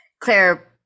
Claire